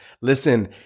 Listen